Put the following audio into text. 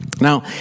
Now